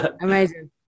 amazing